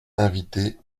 inviter